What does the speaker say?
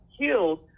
killed